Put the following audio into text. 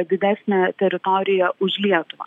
didesnė teritorija už lietuvą